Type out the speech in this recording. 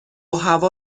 هوا